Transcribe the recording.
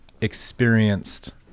experienced